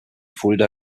fulda